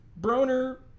Broner